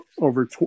over